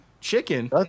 Chicken